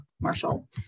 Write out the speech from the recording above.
marshall